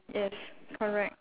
yes correct